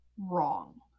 Wrong